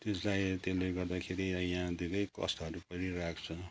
त्यसलाई त्यसले गर्दाखेरि है यहाँ धेरै कष्टहरू परिरहेको छ